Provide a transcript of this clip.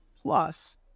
Plus